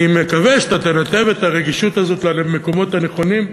אני מקווה שתנתב את הרגישות הזאת למקומות הנכונים.